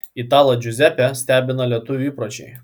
italą džiuzepę stebina lietuvių įpročiai